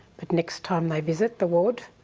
but next time they visit the ward